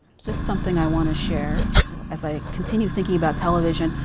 just something i wanna share as i continue thinking about television.